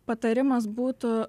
patarimas būtų